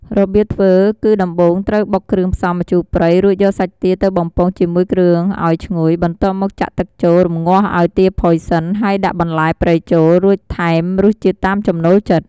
របៀបធ្វើគឺដំបូងត្រូវបុកគ្រឿងផ្សំម្ជូរព្រៃ រួចយកសាច់ទាទៅបំពងជាមួយគ្រឿងឱ្យឈ្ងុយ បន្ទាប់មកចាក់ទឹកចូល រម្ងាស់ឱ្យទាផុយសិន ហើយដាក់បន្លែព្រៃចូល រួចថែមរសជាតិតាមចំណូលចិត្ត។